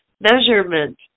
Measurement